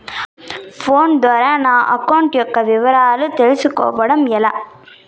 Phone ద్వారా నా account యొక్క వివరాలు తెలుస్కోవడం ఎలా?